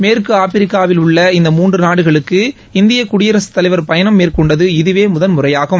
மேற்கு ஆப்பிரிக்காவில் உள்ள இந்த மூன்று நாடுகளுக்கு இந்திய குடியரசுத்தலைவர் பயணம் மேற்கொண்டது இதுவே முதன்முறையாகும்